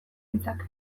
ditzake